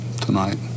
tonight